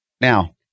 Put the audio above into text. Now